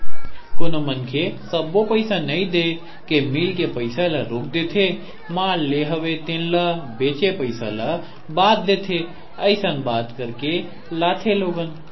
कोनो मनखे सब्बो पइसा नइ देय के मील के पइसा ल रोक देथे माल लेय हवे तेन ल बेंचे पइसा ल बाद देथे अइसन बात करके लाथे लोगन